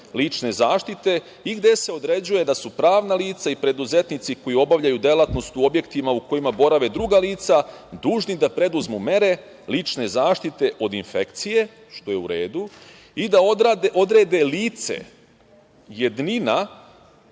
lične zaštite i gde se određuje da su pravna lica i preduzetnici koji obavljaju delatnost u objektima u kojima borave druga lica dužni da preduzmu mere lične zaštite od infekcije, što je u redu, i da odrede lice, jednina,